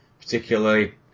particularly